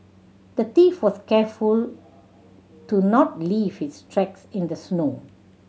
the thief was careful to not leave his tracks in the snow